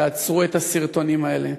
תעצרו את הסרטונים האלה,